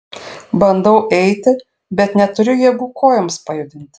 bandau eiti bet neturiu jėgų kojoms pajudinti